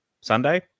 Sunday